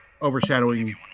overshadowing